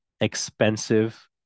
expensive